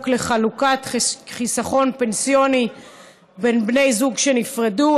לחלוקת חיסכון פנסיוני בין בני זוג שנפרדו,